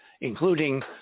including